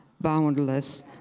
boundless